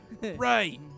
Right